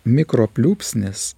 mikro pliūpsnis